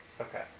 Okay